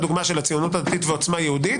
הדוגמה של הציונות הדתית ועוצמה יהודית